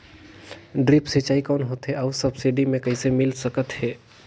Drip सिंचाई कौन होथे अउ सब्सिडी मे कइसे मिल सकत हे?